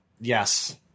Yes